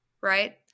right